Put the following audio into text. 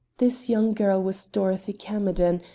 this young girl was dorothy camerden,